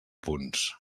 punts